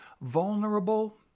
vulnerable